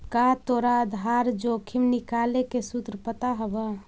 का तोरा आधार जोखिम निकाले के सूत्र पता हवऽ?